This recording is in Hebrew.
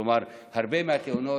כלומר, הרבה מהתאונות,